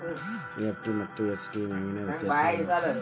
EFT ಮತ್ತ ACH ನ್ಯಾಗಿನ್ ವ್ಯೆತ್ಯಾಸೆನಿರ್ತಾವ?